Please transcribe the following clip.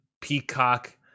Peacock